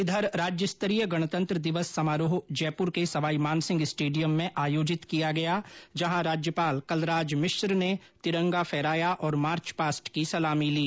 इधर राज्य स्तरीय गणतंत्र दिवस समारोह जयपुर के सवाई मानसिंह स्टेडियम में आयोजित किया गया जहां राज्यपाल कलराज मिश्र ने तिरंगा फहराया और मार्च पास्ट की सलामी ली